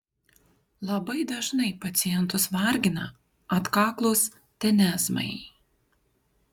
labai dažnai pacientus vargina atkaklūs tenezmai